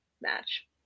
match